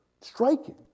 striking